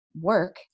work